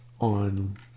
on